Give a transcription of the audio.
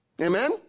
Amen